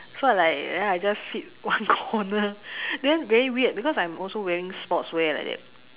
so I like then I just sit one corner then very weird because I am also wearing sports wear like that